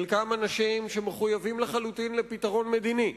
חלקם אנשים שמחויבים לחלוטין לפתרון מדיני,